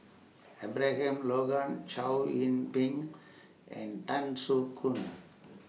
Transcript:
Abraham Logan Chow Yian Ping and Tan Soo Khoon